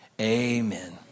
amen